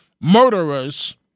murderers